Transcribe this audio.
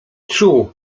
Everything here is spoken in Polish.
czuł